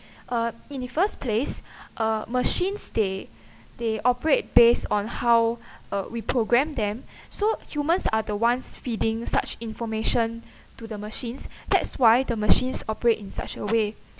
uh in the first place uh machines they they operate based on how uh we program them so humans are the ones feeding such information to the machines that's why the machines operate in such a way